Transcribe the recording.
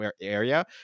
area